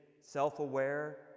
self-aware